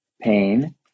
pain